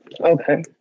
Okay